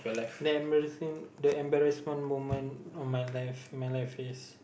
the embarrassing the embarassment moment of my life in my life is